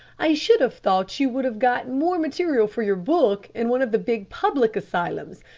i should have thought you would have got more material for your book in one of the big public asylums.